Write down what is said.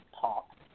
talk